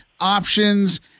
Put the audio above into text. options